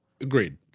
Agreed